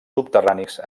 subterranis